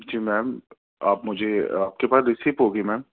جی ma'am آپ مجھے آپ کے پاس رسیپ ہوگی میم